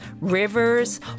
rivers